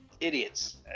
idiots